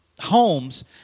homes